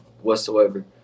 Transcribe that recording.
whatsoever